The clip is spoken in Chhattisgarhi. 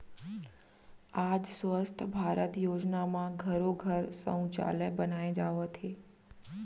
आज स्वच्छ भारत योजना म घरो घर सउचालय बनाए जावत हे